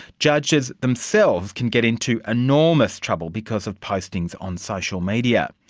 judges themselves can get into enormous trouble because of postings on social media.